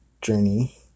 journey